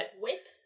Whip